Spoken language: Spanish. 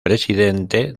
presidente